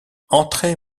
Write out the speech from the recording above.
entrez